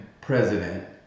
president